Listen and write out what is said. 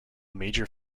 major